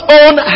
own